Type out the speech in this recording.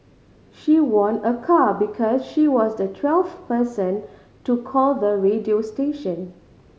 she won a car because she was the twelfth person to call the radio station